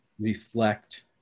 reflect